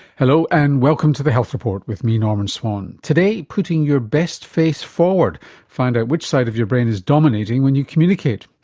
hello, and welcome to the health report with me, norman swan. today, putting your best face forward find out which side of your brain is dominating when you communicate.